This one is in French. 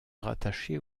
rattaché